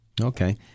okay